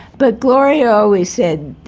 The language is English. but gloria always said,